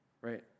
right